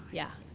yeah.